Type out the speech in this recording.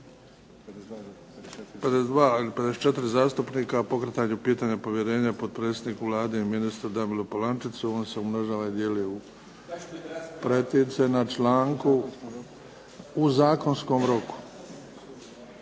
52, 54 zastupnika o pokretanju pitanja povjerenja potpredsjedniku Vlade i ministru Damiru Polančecu. On se umnožava i dijeli u pretince, na članku, u zakonskom roku.